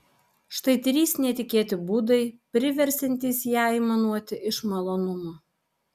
štai trys netikėti būdai priversiantys ją aimanuoti iš malonumo